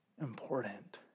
important